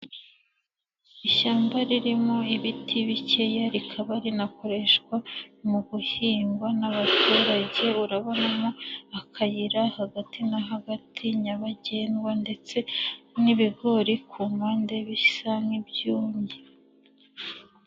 Ishyamba ririmo ibiti bikeya, rikaba rinakoreshwa mu guhingwa n'abaturage, urabonamo akayira hagati na hagati nyabagendwa ndetse n'ibigori ku mpande bisa nk'ibyumye.